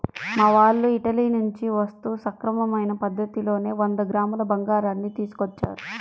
మా వాళ్ళు ఇటలీ నుంచి వస్తూ సక్రమమైన పద్ధతిలోనే వంద గ్రాముల బంగారాన్ని తీసుకొచ్చారు